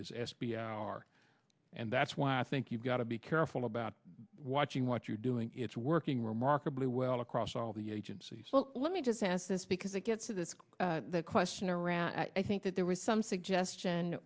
p r and that's why i think you've got to be careful about watching what you're doing it's working remarkably well across all the agencies well let me just ask this because it gets to this question around i think that there was some suggestion